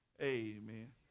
amen